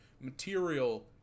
material